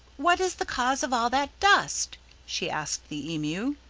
what is the cause of all that dust she asked the emu.